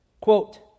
Quote